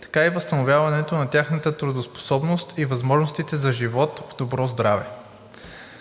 така и възстановяването на тяхната трудоспособност и възможностите за живот в добро здраве.